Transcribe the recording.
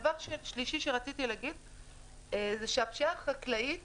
דבר שלישי הוא שהפשיעה החקלאית